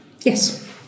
Yes